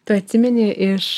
tu atsimeni iš